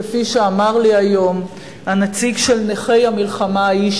כפי שאמר לי היום הנציג של נכי המלחמה ההיא,